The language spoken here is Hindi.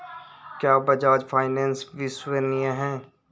क्या बजाज फाइनेंस विश्वसनीय है?